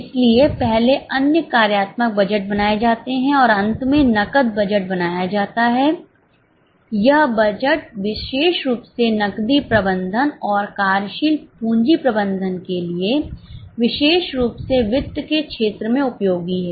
इसलिए पहले अन्य कार्यात्मक बजट बनाए जाते हैं और अंत में नकद बजट बनाया जाता है यह बजट विशेष रूप से नकदी प्रबंधन और कार्यशील पूंजी प्रबंधन के लिए विशेष रूप से वित्त के क्षेत्र में उपयोगी है